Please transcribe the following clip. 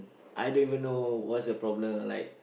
I don't even know what's the problem like